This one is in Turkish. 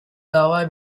dava